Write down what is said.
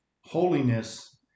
holiness